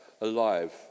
alive